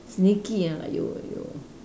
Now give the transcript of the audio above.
sneaky ah !aiyo! !aiyo!